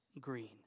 green